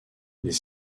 les